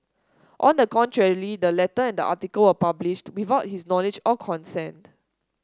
on the contrary the letter and article were publish without his knowledge or consent